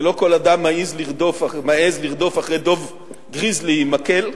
ולא כל אדם מעז לרדוף אחרי דוב גריזלי עם מקל.